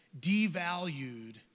devalued